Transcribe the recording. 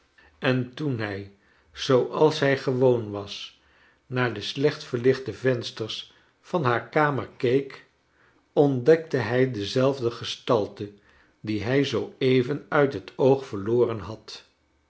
en toen hij zooals hij gewoon was naar de slecht verlichte vensters van haar kamer keek ontdekte hij dezelfde gestalte die hij zoo even uit het oog verloren had